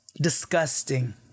Disgusting